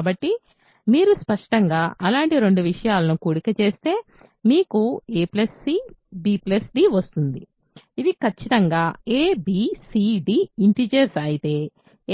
కాబట్టి మీరు స్పష్టంగా అలాంటి రెండు విషయాలను కూడిక చేస్తే మీకు a c b d వస్తుంది ఇవి ఖచ్చితంగా a b c d integers అయితే